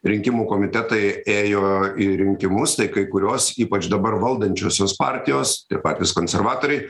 rinkimų komitetai ėjo į rinkimus tai kai kurios ypač dabar valdančiosios partijos tie patys konservatoriai